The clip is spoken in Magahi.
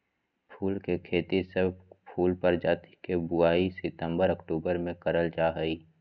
फूल के खेती, सब फूल प्रजाति के बुवाई सितंबर अक्टूबर मे करल जा हई